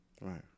right